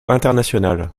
international